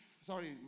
sorry